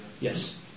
Yes